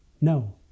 No